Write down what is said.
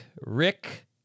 Rick